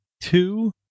two